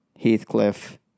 Heathcliff